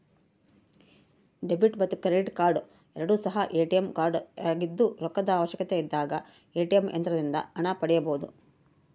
debit ಮತ್ತು credit card ಎರಡು ಸಹ ಎ.ಟಿ.ಎಂ ಕಾರ್ಡಾಗಿದ್ದು ರೊಕ್ಕದ ಅವಶ್ಯಕತೆಯಿದ್ದಾಗ ಎ.ಟಿ.ಎಂ ಯಂತ್ರದಿಂದ ಹಣ ಪಡೆಯಬೊದು